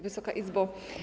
Wysoka Izbo!